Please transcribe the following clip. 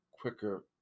quicker